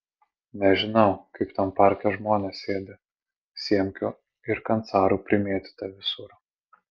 nežinau kaip tam parke žmonės sėdi siemkių ir kancarų primėtyta visur